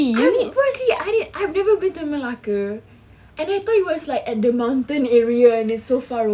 I I didn't I never been to melaka and I thought it was like at the mountain area and it so far away